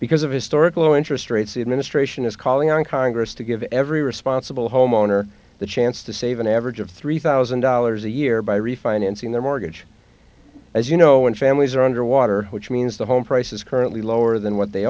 because of historic low interest rates the administration is calling on congress to give every responsible homeowner the chance to save an average of three thousand dollars a year by refinancing their mortgage as you know when families are underwater which means the home prices currently lower than what they